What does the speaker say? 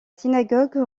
synagogue